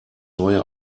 neue